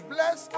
Bless